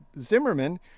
Zimmerman